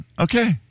okay